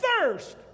thirst